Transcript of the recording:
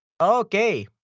Okay